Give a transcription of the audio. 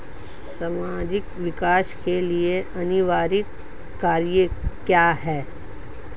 सामाजिक विकास के लिए अनिवार्य कारक क्या है?